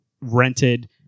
rented